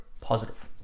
positive